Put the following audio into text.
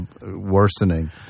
worsening